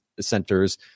centers